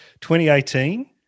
2018